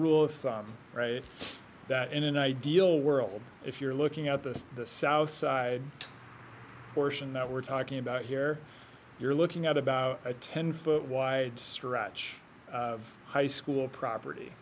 rule of thumb write that in an ideal world if you're looking out the south side portion that we're talking about here you're looking at about a ten foot wide stretch of high school property